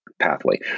pathway